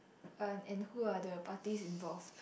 uh and who are the parties involved